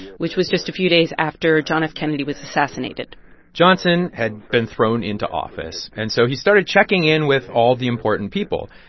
which was just a few days after john f. kennedy was assassinated johnson had been thrown into office, and so he started checking in with all the important people.